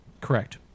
Correct